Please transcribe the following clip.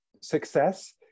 success